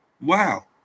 Wow